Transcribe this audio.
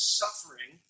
suffering